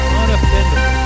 unoffendable